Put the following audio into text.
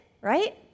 right